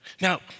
Now